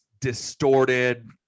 distorted